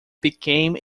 became